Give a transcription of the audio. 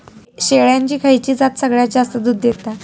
शेळ्यांची खयची जात सगळ्यात जास्त दूध देता?